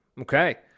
Okay